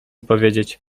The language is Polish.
powiedzieć